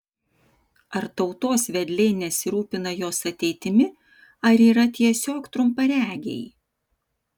ar tautos vedliai nesirūpina jos ateitimi ar yra tiesiog trumparegiai